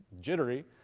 jittery